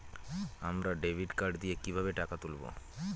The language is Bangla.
আমরা ডেবিট কার্ড দিয়ে কিভাবে টাকা তুলবো?